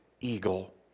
eagle